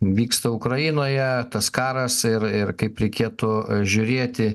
vyksta ukrainoje tas karas ir ir kaip reikėtų žiūrėti